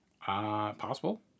possible